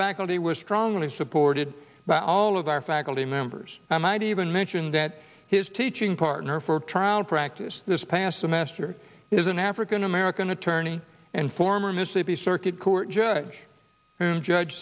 faculty was strongly supported by all of our faculty members i might even mention that his teaching partner for trial practice this past semester is an african american attorney and former mississippi circuit court judge judge